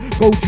go